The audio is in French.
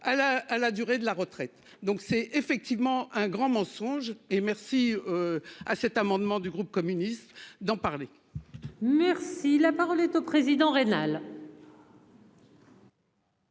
à la durée de la retraite, donc c'est effectivement un grand mensonge et merci. À cet amendement du groupe communiste d'en parler. Merci la parole est au président.